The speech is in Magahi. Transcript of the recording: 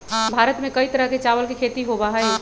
भारत में कई तरह के चावल के खेती होबा हई